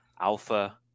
alpha